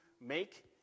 make